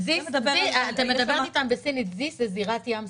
אתה מדבר איתם בסינית, זי"ס זה זירת ים סוף.